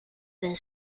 their